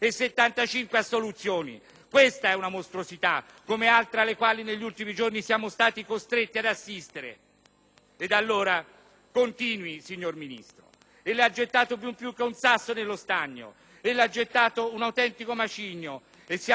Questa è una mostruosità, come altre alle quali negli ultimi giorni siamo stati costretti ad assistere! Allora, continui, signor Ministro. Ella ha gettato più che un sasso nello stagno: ella ha gettato un autentico macigno e siamo certi che le onde